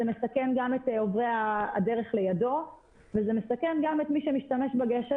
זה מסכן את עוברי הדרך לידו וזה מסכן גם את מי שמשתמש בגשר